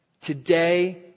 today